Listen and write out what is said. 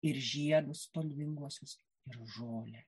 ir žiedus spalvinguosius ir žolę